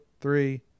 three